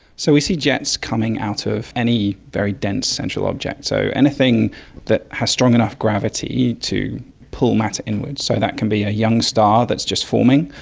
so we see jets coming out of any very dense central object, so anything that has strong enough gravity to pull matter inwards, so that can be a young star that is just forming,